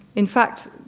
in fact,